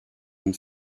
und